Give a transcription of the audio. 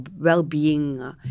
well-being